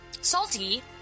Salty